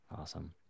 Awesome